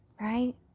right